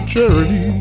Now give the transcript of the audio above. Charity